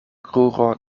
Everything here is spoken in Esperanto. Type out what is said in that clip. kruro